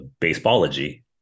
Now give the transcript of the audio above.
Baseballogy